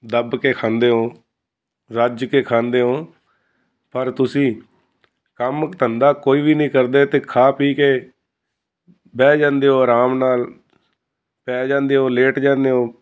ਦੱਬ ਕੇ ਖਾਂਦੇ ਹੋ ਰੱਜ ਕੇ ਖਾਂਦੇ ਹੋ ਪਰ ਤੁਸੀਂ ਕੰਮ ਧੰਦਾ ਕੋਈ ਵੀ ਨਹੀਂ ਕਰਦੇ ਅਤੇ ਖਾ ਪੀ ਕੇ ਬਹਿ ਜਾਂਦੇ ਹੋ ਆਰਾਮ ਨਾਲ ਪੈ ਜਾਂਦੇ ਹੋ ਲੇਟ ਜਾਂਦੇ ਹੋ